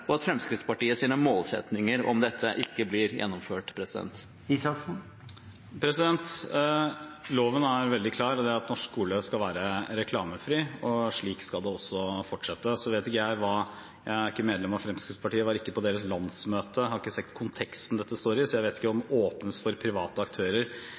og at Fremskrittspartiet sine målsettinger ikke blir gjennomført?» Loven er veldig klar på at norsk skole skal være reklamefri, og slik skal det også fortsette. Jeg er ikke medlem av Fremskrittspartiet og var ikke på deres landsmøte, så jeg har ikke sett konteksten dette står i. Jeg vet ikke hva «åpnes for private aktører»